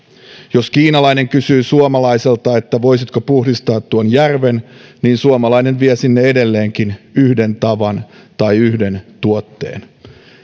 jos kiinalainen kysyy suomalaiselta että voisitko puhdistaa tuon järven niin suomalainen vie sinne edelleenkin yhden tavan tai yhden tuotteen